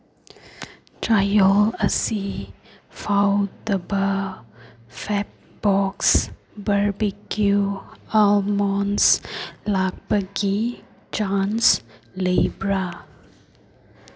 ꯆꯌꯣꯜ ꯑꯁꯤ ꯐꯥꯎꯗꯕ ꯐꯦꯞꯕꯣꯛꯁ ꯕꯔꯕꯤꯀ꯭ꯌꯨ ꯑꯜꯃꯣꯟꯁ ꯂꯥꯛꯄꯒꯤ ꯆꯥꯟꯁ ꯂꯩꯕ꯭ꯔꯥ